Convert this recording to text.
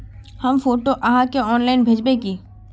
हम फोटो आहाँ के ऑनलाइन भेजबे की?